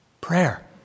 Prayer